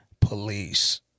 Police